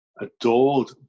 adored